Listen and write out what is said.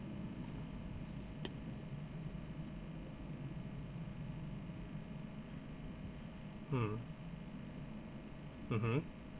mm mmhmm